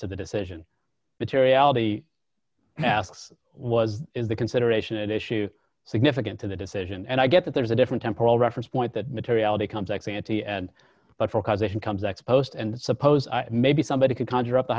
to the decision materiality asks was is the consideration at issue significant to the decision and i get that there's a different temporal reference point that materiality comes ex ante and but for causation comes x post and suppose i maybe somebody could conjure up